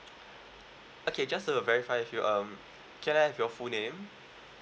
okay just to verify with you um can I have your full name